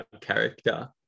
character